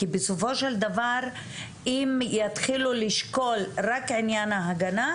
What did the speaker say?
כי בסופו של דבר אם יתחילו לשקול רק עניין ההגנה,